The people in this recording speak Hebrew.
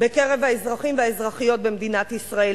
בקרב האזרחים והאזרחיות במדינת ישראל.